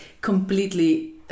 completely